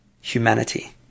humanity